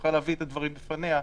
שנוכל להביא את הדברים בפניה.